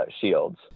shields